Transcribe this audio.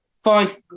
five